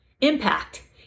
impact